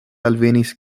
alvenis